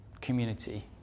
community